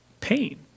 pain